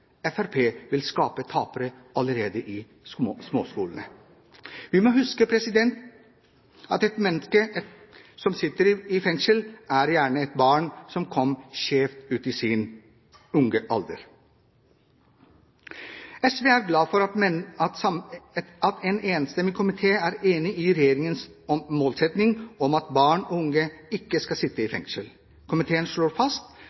vil skape tapere allerede i småskolen. Vi må huske at et menneske som sitter i fengsel, gjerne er et barn som kom skjevt ut i ung alder. SV er glad for at en enstemmig komité er enig i regjeringens målsetting om at barn og unge ikke skal sitte i fengsel. Komiteen slår fast